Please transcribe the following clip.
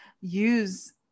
use